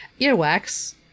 earwax